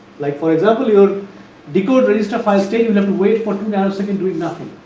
like for example, your decode register file stay wait for two nano second doing nothing,